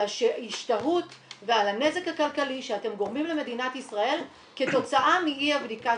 ההשתהות ועל הנזק הכלכלי שאתם גורמים למדינת ישראל כתוצאה מאי הבדיקה.